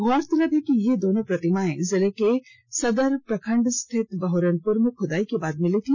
गौरतलब है कि ये दोनों प्रतिमायें जिले के सदर प्रखंड स्थित बहोरनपुर में खुदाई के बाद मिली थी